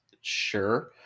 sure